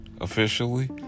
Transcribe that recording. officially